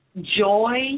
joy